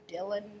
Dylan